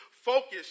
focus